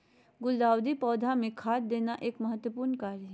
गुलदाऊदी पौधा मे खाद देना एक महत्वपूर्ण कार्य हई